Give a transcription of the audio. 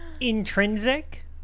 intrinsic